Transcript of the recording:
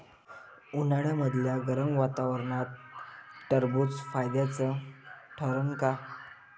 उन्हाळ्यामदल्या गरम वातावरनात टरबुज फायद्याचं ठरन का?